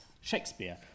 Shakespeare